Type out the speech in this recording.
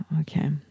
Okay